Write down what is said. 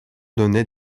donnait